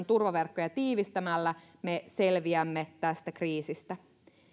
turvaverkkoja tiivistämällä me selviämme tästä kriisistä